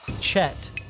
Chet